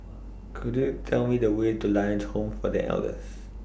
Could YOU Tell Me The Way to Lions Home For The Elders